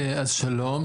שלום.